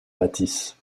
bâtisse